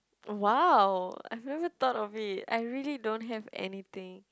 !wow! I've never thought of it I really don't have anything